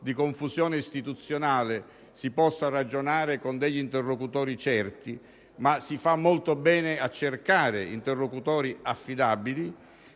di confusione istituzionale si possa ragionare con degli interlocutori certi, ma si fa molto bene a cercare interlocutori affidabili